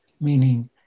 meaning